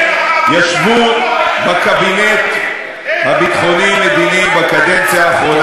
ישבו בקבינט הביטחוני-מדיני בקדנציה האחרונה.